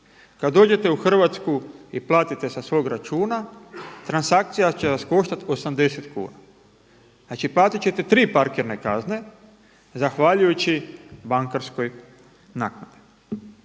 kada dođete u Hrvatsku i platite sa svoga računa transakcija će vas koštati 80 kuna. Znači platiti ćete tri parkirne kazne zahvaljujući bankarskoj naknadi.